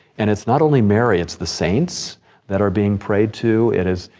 and it's not only mary it's the saints that are being prayed to. it is,